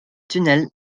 tunnel